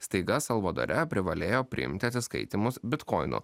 staiga salvadore privalėjo priimti atsiskaitymus bitkoinu